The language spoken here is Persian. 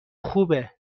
خوبه